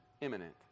Imminent